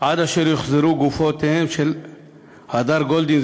עד אשר יוחזרו גופותיהם של הדר גולדין,